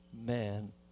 man